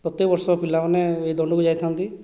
ପ୍ରତ୍ୟେକ ବର୍ଷ ପିଲାମାନେ ଏହି ଦଣ୍ଡକୁ ଯାଇଥାନ୍ତି